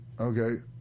Okay